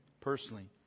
personally